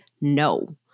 no